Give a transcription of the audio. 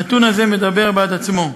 הנתון הזה מדבר בעד עצמו.